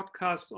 podcast